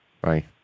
Bye